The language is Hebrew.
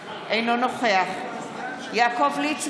זה לא משבר מקומי, זה משבר גלובלי,